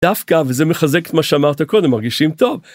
דווקא וזה מחזק את מה שאמרת קודם, מרגישים טוב.